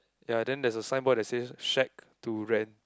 ya then there's a signboard that says Shack to Rent